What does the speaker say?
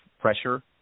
pressure